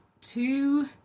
two